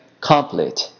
complete